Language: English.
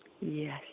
Yes